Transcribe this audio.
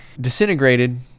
disintegrated